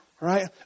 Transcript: Right